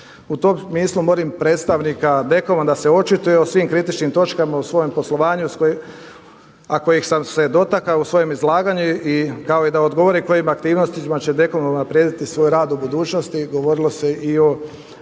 U tom smislu molim predstavnika DKOM-a da se očituje o svim kritičnim točkama o svojem poslovanju a kojih sam se dotaknuo u svojem izlaganju kao i da odgovori kojim aktivnostima će DKOM unaprijediti svoj rad u budućnosti,